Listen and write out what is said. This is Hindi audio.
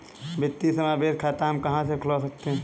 वित्तीय समावेशन खाता हम कहां से खुलवा सकते हैं?